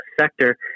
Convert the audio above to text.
sector